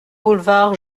boulevard